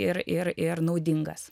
ir ir ir naudingas